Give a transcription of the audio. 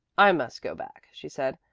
i must go back, she said.